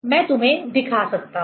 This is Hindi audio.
मैं तुम्हे दिखा सकता हु